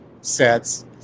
sets